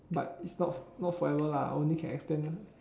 but it's not not forever lah only can extend